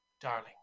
Darling